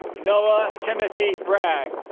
noah timothy bragg